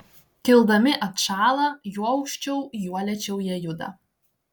kildami atšąla juo aukščiau juo lėčiau jie juda